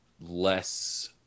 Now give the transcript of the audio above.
less